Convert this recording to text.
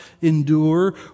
endure